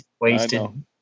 wasted